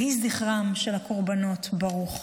יהי זכרם של הקורבנות ברוך.